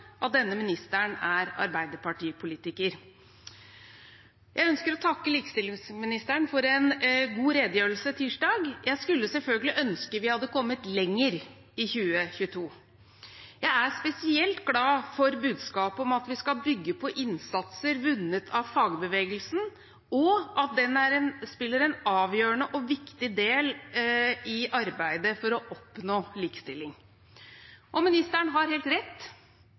at denne ministeren er arbeiderpartipolitiker. Jeg ønsker å takke likestillingsministeren for en god redegjørelse tirsdag – selv om jeg selvfølgelig skulle ønske vi hadde kommet lenger i 2022. Jeg er spesielt glad for budskapet om at vi skal bygge på innsats vunnet av fagbevegelsen, og at det spiller en avgjørende og viktig del i arbeidet for å oppnå likestilling. Og ministeren har helt rett: